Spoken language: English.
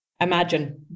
imagine